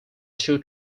two